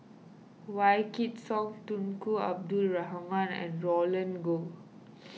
Wykidd Song Tunku Abdul Rahman and Roland Goh